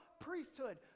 priesthood